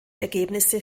ergebnisse